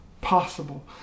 possible